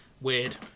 weird